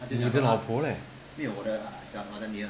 你的老婆 leh